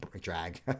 drag